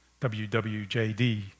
WWJD